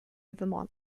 vermont